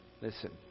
listen